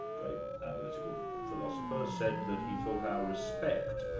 great analytical philosopher, said that he thought our respect,